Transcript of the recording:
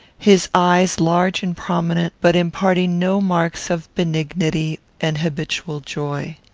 his eyes large and prominent, but imparting no marks of benignity and habitual joy.